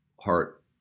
heart